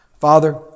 Father